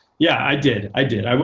yeah, i did. i did.